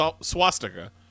swastika